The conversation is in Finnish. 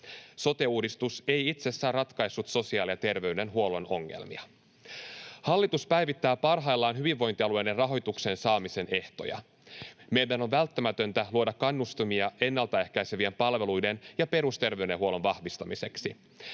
Sote-uudistus ei itsessään ratkaissut sosiaali- ja terveydenhuollon ongelmia. Hallitus päivittää parhaillaan hyvinvointialueiden rahoituksen saamisen ehtoja. Meidän on välttämätöntä luoda kannustimia ennalta ehkäisevien palveluiden ja perusterveydenhuollon vahvistamiseksi.